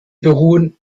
beruhen